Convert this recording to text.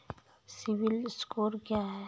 CIBIL score क्या है?